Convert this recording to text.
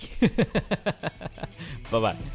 Bye-bye